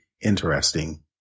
interesting